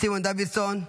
סימון דוידסון,